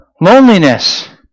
Loneliness